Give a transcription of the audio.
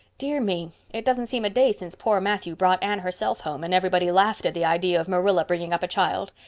dear me, it doesn't seem a day since poor matthew brought anne herself home and everybody laughed at the idea of marilla bringing up a child.